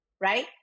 right